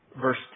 verse